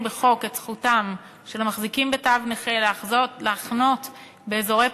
בחוק את זכותם של המחזיקים בתו נכה לחנות באזורי